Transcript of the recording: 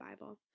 Bible